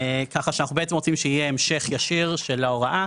ככה שאנחנו בעצם רוצים שיהיה המשך ישיר של ההוראה.